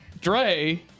Dre